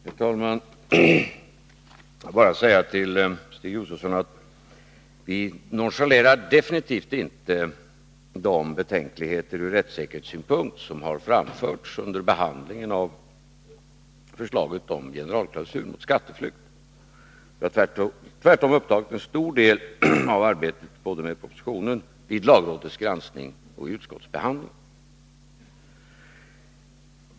Herr talman! Jag vill till Stig Josefson bara säga att vi definitivt inte nonchalerar de betänkligheter från rättssäkerhetssynpunkt som har framförts under behandlingen av förslaget om skärpning av generalklausulen mot skatteflykt. De har tvärtom upptagit en stor del av arbetet såväl med propositionen som vid lagrådets granskning och vid utskottsbehandlingen.